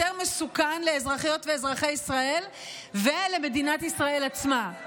יותר מסוכן לאזרחיות ואזרחי ישראל ולמדינת ישראל עצמה.